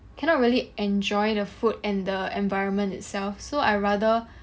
cannot really enjoy the food and the environment itself so I rather